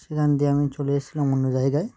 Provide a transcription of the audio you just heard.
সেখান দিয়ে আমি চলে এসেছিলাম অন্য জায়গায়